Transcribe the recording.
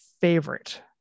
favorite